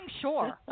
sure